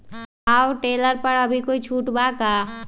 Power tiller पर अभी कोई छुट बा का?